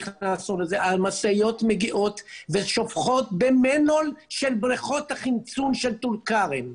המשאיות מגיעות ושופכות במנהול של בריכות החמצון של טולכרם.